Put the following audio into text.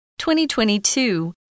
2022